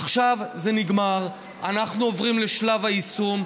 עכשיו זה נגמר, אנחנו עוברים לשלב היישום,